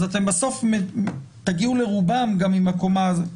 אז אתם בסוף תגיעו לרובם עם הקומה הזו,